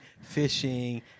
fishing